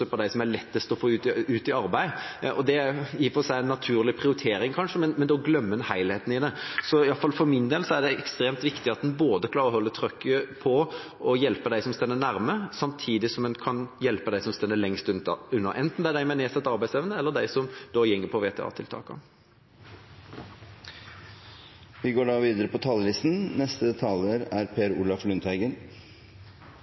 på dem som er lettest å få ut i arbeid. Det er kanskje en naturlig prioritering, men da glemmer en helheten i det. Så i hvert fall for min del er det ekstremt viktig at en klarer både å holde trykket på å hjelpe dem som står nærme, og samtidig å hjelpe dem som står lengst unna, enten det er dem med nedsatt arbeidsevne eller dem som går på